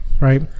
right